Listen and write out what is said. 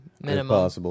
minimum